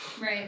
right